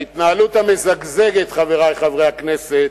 ההתנהלות המזגזגת, חברי חברי הכנסת,